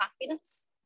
happiness